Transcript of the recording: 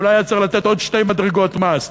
אולי היה צריך לתת עוד שתי מדרגות מס.